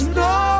no